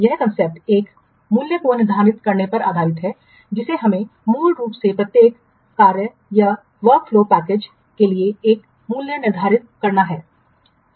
यह अवधारणा एक मूल्य को निर्धारित करने पर आधारित है जिसे हमें मूल रूप से प्रत्येक कार्य या वर्कफ्लो पैकेजेस के लिए एक मूल्य निर्धारित करना है